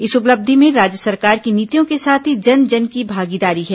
इस उपलब्धि में राज्य सरकार की नीतियों के साथ ही जन जन की भागीदारी है